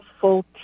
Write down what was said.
full